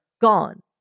gone